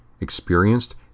experienced